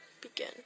begin